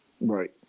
right